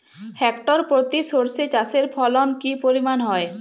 Hectare প্রতি সর্ষে চাষের ফলন কি পরিমাণ হয়?